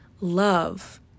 love